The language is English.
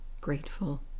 grateful